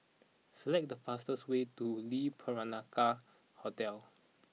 select the fastest way to Lee Peranakan Hotel